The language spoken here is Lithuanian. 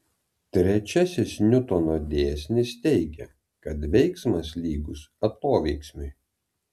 trečiasis niutono dėsnis teigia kad veiksmas lygus atoveiksmiui